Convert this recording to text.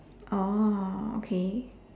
oh okay